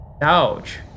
Dodge